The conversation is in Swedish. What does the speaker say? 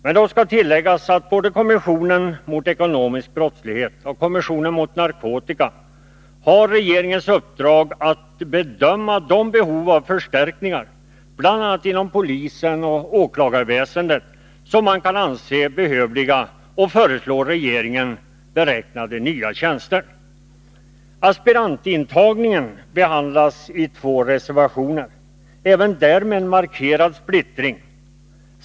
Men då skall tilläggas att såväl kommissionen mot ekonomisk brottslighet som kommissionen mot narkotika har fått regeringens uppdrag att bedöma de behov av förstärkningar, bl.a. inom polisen och åklagarväsendet, som man anser behövliga och föreslå regeringen beräknade nya tjänster. Aspirantintagningen behandlas i två reservationer men även där med en markerad splittring.